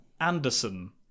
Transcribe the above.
Anderson